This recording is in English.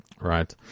Right